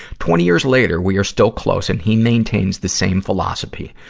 twenty years later, we are still close, and he maintains the same philosophy,